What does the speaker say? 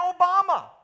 Obama